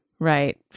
Right